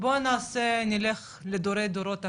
ובוא נעשה, נלך לדורי דורות אחורה,